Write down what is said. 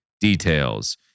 details